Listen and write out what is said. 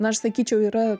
na aš sakyčiau yra